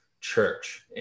church